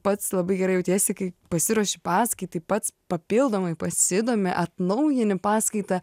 pats labai gerai jautiesi kai pasiruoši paskaitai pats papildomai pasidomi atnaujini paskaitą